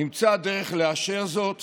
נמצאה הדרך לאשר זאת